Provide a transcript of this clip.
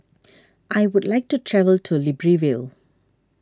I would like to travel to Libreville